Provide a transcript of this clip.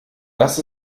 dass